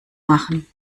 machen